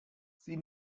sie